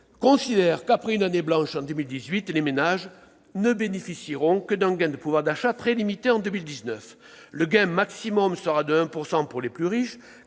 tous deux que, après une année blanche en 2018, les ménages bénéficieront d'un gain de pouvoir d'achat très limité en 2019. Le gain maximum sera de 1 % pour les plus riches,